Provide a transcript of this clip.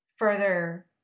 further